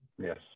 yes